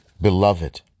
Beloved